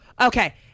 Okay